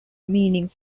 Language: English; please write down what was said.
meaning